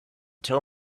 tell